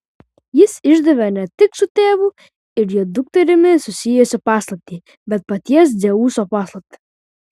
jis išdavė ne tik su tėvu ir jo dukterimi susijusią paslaptį bet paties dzeuso paslaptį